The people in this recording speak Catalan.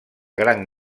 gran